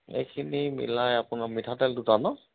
এইখিনি মিলাই আপোনাৰ মিঠাতেল দুটা নহ্